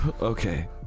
Okay